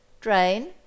Drain